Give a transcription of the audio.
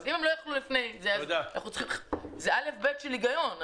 אז אם הם לא יכלו לפני, זה א'-ב' של הגיון.